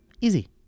Easy